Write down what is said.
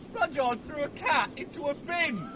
rudyard threw a cat into a bin!